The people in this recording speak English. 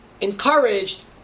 encouraged